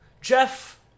Jeff